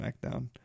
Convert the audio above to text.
SmackDown